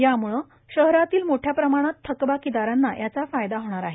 यामुळे शहरातील मोठ्या प्रमाणात थकबाकीदारांना याचा फायदा होणार आहे